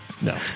No